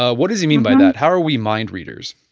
ah what does he mean by that? how are we mind readers?